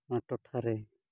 ᱱᱚᱣᱟ ᱴᱚᱴᱷᱟᱨᱮ